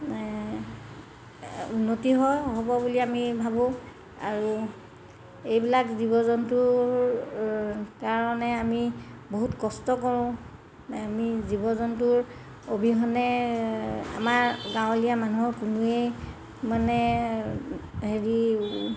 উন্নতি হয় হ'ব বুলি আমি ভাবোঁ আৰু এইবিলাক জীৱ জন্তুৰ কাৰণে আমি বহুত কষ্ট কৰোঁ আমি জীৱ জন্তুৰ অবিহনে আমাৰ গাঁৱলীয়া মানুহৰ কোনোৱেই মানে হেৰি